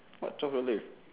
what twelve dollar